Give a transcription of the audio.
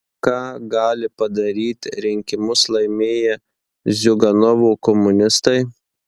ką gali padaryti rinkimus laimėję ziuganovo komunistai